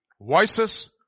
Voices